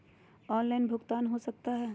Online भुगतान हो सकता है?